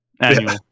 Annual